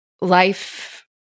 life